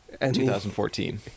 2014